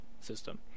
system